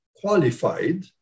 qualified